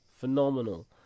phenomenal